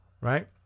right